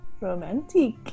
Romantic